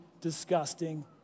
disgusting